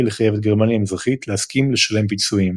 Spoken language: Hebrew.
לחייב את גרמניה המזרחית להסכים לשלם פיצויים.